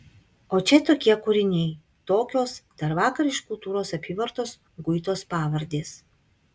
o čia tokie kūriniai tokios dar vakar iš kultūros apyvartos guitos pavardės